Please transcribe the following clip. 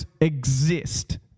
exist